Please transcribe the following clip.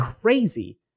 crazy